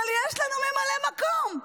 אבל יש לנו ממלא מקום,